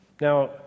Now